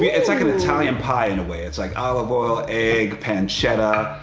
yeah it's like an italian pie in a way. it's like olive oil, egg, pancetta,